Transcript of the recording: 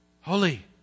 Holy